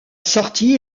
sortie